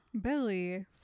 Billy